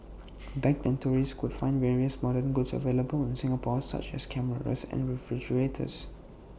back then tourists could find various modern goods available in Singapore such as cameras and refrigerators